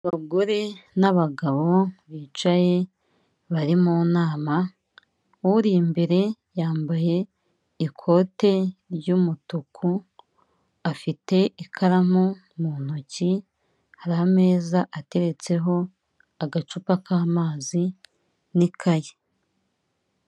Abagore n'abagabo bicaye bari mu nama, uri imbere yambaye ikote ry'umutuku afite ikaramu mu ntoki, hari ameza ateretseho agacupa k'amazi n'ikaye.